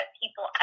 people